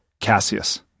Cassius